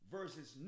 versus